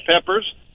peppers